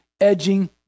edging